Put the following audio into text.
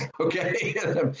Okay